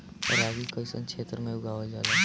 रागी कइसन क्षेत्र में उगावल जला?